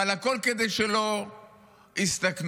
הכול כדי שלא יסתכנו.